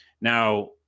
Now